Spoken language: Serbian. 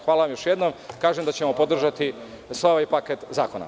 Hvala još jednom, kažem da ćemo podržati sav ovaj pakte zakona.